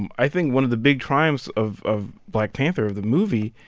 and i think one of the big triumphs of of black panther, of the movie,